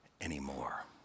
anymore